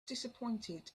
disappointed